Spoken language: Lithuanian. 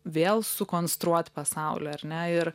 vėl sukonstruot pasaulį ar ne ir